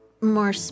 more